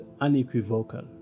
unequivocal